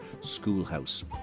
Schoolhouse